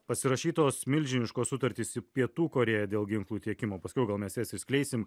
pasirašytos milžiniškos sutartys si pietų korėja dėl ginklų tiekimo paskiau gal mes jas išsiskleisim